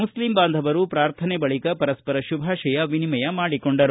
Muslim ಬಾಂಧವರು ಪ್ರಾರ್ಥನೆ ಬಳಿಕ ಪರಸ್ವರ ಶುಭಾಶಯ ವಿನಿಮಯ ಮಾಡಿಕೊಂಡರು